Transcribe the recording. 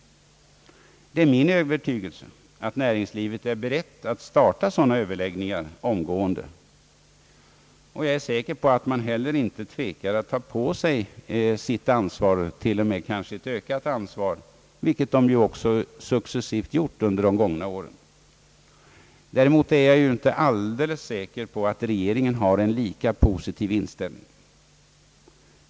Det är min övertygelse att näringslivet är berett att starta sådana överläggningar omgående, Jag är säker på att man heller inte tvekar att ta på sig sitt ansvar — och till och med ett ökat ansvar — vilket ju också successivt skett under de gångna åren. Däremot är jag inte alldeles säker på att regeringen har en lika positiv inställning.